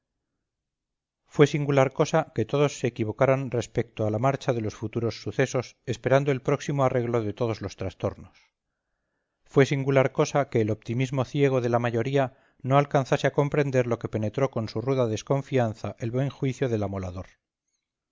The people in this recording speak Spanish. fue singular cosa que todos se equivocaran respecto a la marcha de los futuros sucesos esperando el próximo arreglo de todos los trastornos fue singular cosa que el optimismo ciego de la mayoría no alcanzase a comprender lo que penetró con su ruda desconfianza el buen juicio del amolador